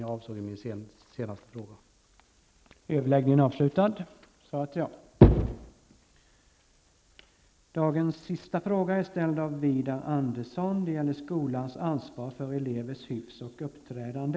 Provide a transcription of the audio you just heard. Min fråga till statsrådet lyder: Är det statsrådets avsikt att skolan framöver skall ta ett mindre ansvar för elevernas hyfs och uppträdande?